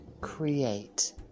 create